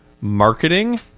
marketing